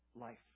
life